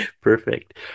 Perfect